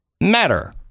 matter